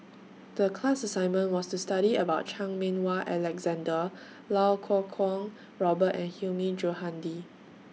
The class assignment was to study about Chan Meng Wah Alexander Lau Kuo Kwong Robert and Hilmi Johandi